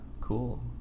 cool